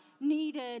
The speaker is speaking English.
needed